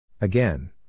Again